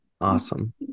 Awesome